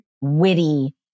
witty